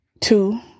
Two